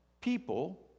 people